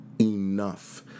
enough